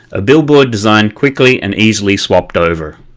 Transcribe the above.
a billboard design quickly and easily swapped over.